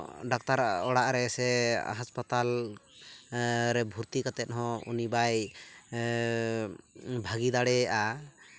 ᱰᱟᱠᱛᱟᱨᱟᱜ ᱚᱲᱟᱜ ᱨᱮᱥᱮ ᱦᱟᱥᱯᱟᱛᱟᱞ ᱨᱮ ᱵᱷᱩᱨᱛᱤ ᱠᱟᱛᱮ ᱦᱚᱸ ᱩᱱᱤ ᱵᱟᱭ ᱦᱮᱸ ᱵᱷᱟᱜᱮ ᱫᱟᱲᱮᱭᱟᱜᱼᱟ